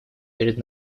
перед